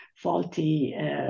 faulty